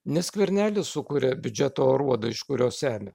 ne skvernelis sukuria biudžeto aruodą iš kurio semia